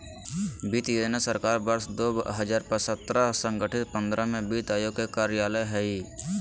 वित्त योजना सरकार वर्ष दो हजार सत्रह गठित पंद्रह में वित्त आयोग के कार्यकाल हइ